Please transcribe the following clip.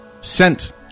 sent